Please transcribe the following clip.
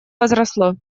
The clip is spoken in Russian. возросло